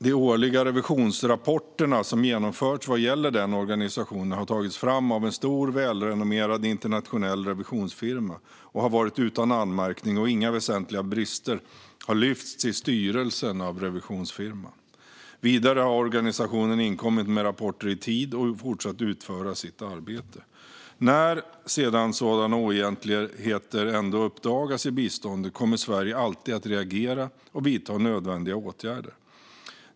De årliga revisionsrapporterna som genomförts vad gäller den organisationen har tagits fram av en stor, välrenommerad internationell revisionsfirma och har varit utan anmärkning. Inga väsentliga brister har lyfts till styrelsen av revisionsfirman. Vidare har organisationen inkommit med rapporter i tid och fortsatt att utföra sitt arbete. När sedan sådana oegentligheter ändå uppdagas i biståndet kommer Sverige alltid att reagera och vidta nödvändiga åtgärder.